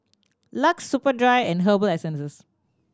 LUX Superdry and Herbal Essences